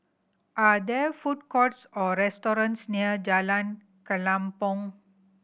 are there food courts or restaurants near Jalan Kelempong